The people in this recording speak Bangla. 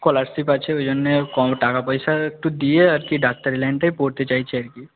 স্কলারশিপ আছে ওই জন্যে কম টাকাপয়সা একটু দিয়ে আর কি ডাক্তারি লাইনটায় পড়তে চাইছি আর কি